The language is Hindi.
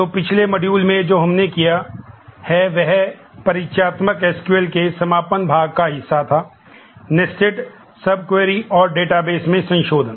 तो पिछले मॉड्यूल में संशोधन